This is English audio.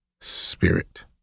spirit